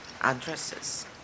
addresses